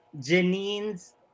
janine's